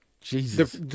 Jesus